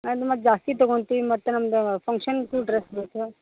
ಅದು ಮತ್ತು ಜಾಸ್ತಿ ತಗೋತಿವಿ ಮತ್ತು ನಮ್ಮದು ಫಂಕ್ಷನ್ಗೂ ಡ್ರೆಸ್ ಬೇಕು